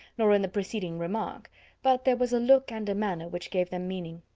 nor in the preceding remark but there was a look and a manner which gave them meaning.